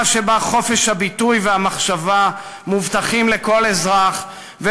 שבה חופש הביטוי וחופש המחשבה מובטחים לכל אזרח,